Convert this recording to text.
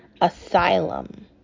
asylum